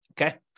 Okay